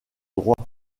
droit